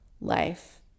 life